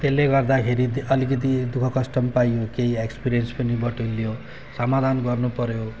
त्यसले गर्दाखेरि अलिकति दुःखकष्ट पनि पाइयो केही एक्सपिरियन्स पनि बटुलियो समाधान गर्नुपऱ्यो